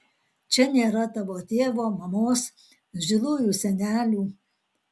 čia nėra tavo tėvo mamos žilųjų senelių